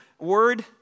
word